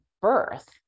birth